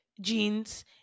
jeans